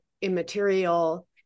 immaterial